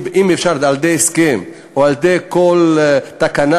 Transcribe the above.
ואם אפשר על-ידי הסכם או על-ידי כל תקנה